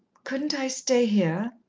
couldn't i stay here?